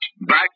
back